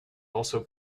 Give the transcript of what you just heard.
also